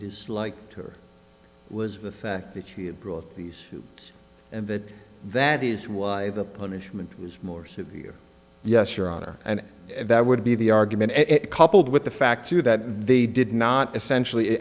like her was the fact that you brought these and that that is why the punishment was more severe yes your honor and that would be the argument coupled with the fact that they did not essentially